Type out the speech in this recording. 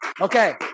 Okay